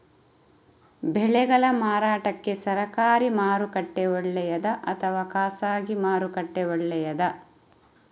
ಬೆಳೆಗಳ ಮಾರಾಟಕ್ಕೆ ಸರಕಾರಿ ಮಾರುಕಟ್ಟೆ ಒಳ್ಳೆಯದಾ ಅಥವಾ ಖಾಸಗಿ ಮಾರುಕಟ್ಟೆ ಒಳ್ಳೆಯದಾ